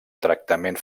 tractament